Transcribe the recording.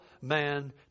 man